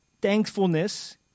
thankfulness